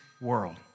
world